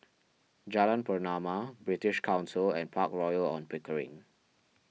Jalan Pernama British Council and Park Royal on Pickering